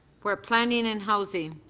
for planning and housing.